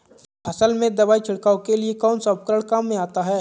फसल में दवाई छिड़काव के लिए कौनसा उपकरण काम में आता है?